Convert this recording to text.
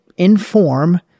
Inform